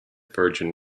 virgin